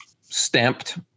stamped